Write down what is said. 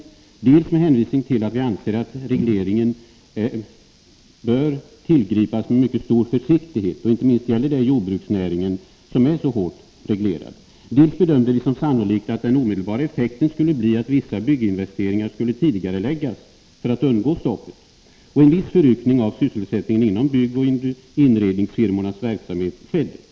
Dels anser vi att reglering bör tillgripas med stor försiktighet, inte minst när det gäller jordbruket som redan är så hårt reglerat, dels bedömde vi som sannolikt att den omedelbara effekten skulle bli att vissa bygginvesteringar skulle tidigareläggas för att man skulle undgå stoppet. En viss förryckning av byggoch inredningsfirmornas verksamhet skedde också.